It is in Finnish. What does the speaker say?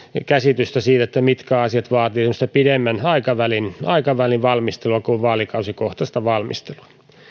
käsitystä siitä mitkä asiat vaativat pidemmän aikavälin aikavälin valmistelua kuin vaalikausikohtaista valmistelua